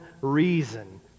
reason